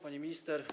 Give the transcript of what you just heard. Pani Minister!